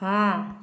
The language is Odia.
ହଁ